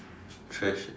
trash eh